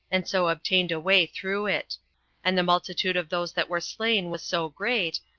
and so obtained a way through it and the multitude of those that were slain was so great,